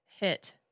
hit